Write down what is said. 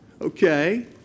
Okay